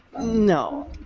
No